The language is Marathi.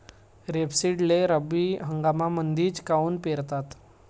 रेपसीडले रब्बी हंगामामंदीच काऊन पेरतात?